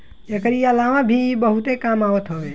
एकरी अलावा भी इ बहुते काम आवत हवे